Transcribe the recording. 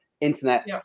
Internet